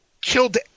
killed